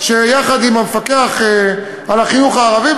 יחד עם המפקח על החינוך הערבי,